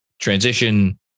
transition